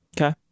Okay